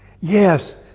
Yes